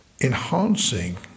enhancing